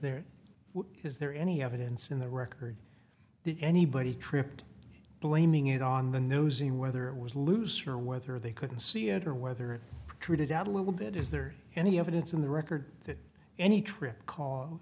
there is there any evidence in the record that anybody tripped blaming it on the newseum whether it was loose or whether they couldn't see it or whether it treated out a little bit is there any evidence in the record that any trip cause